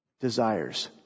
desires